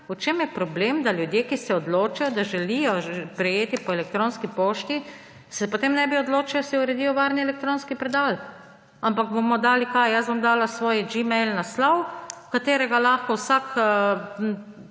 v čem je problem, da se ljudje, ki se odločijo, da želijo prejeti po elektronski pošti, potem ne bi odločili, da si uredijo varni elektronski predal. Ampak bomo dali – kaj? Jaz bom dala svoj gmail naslov, v katerega lahko vsak